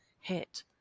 hit